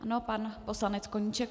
Ano, pan poslanec Koníček.